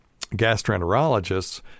gastroenterologists